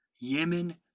Yemen